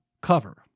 cover